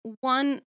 one